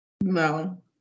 No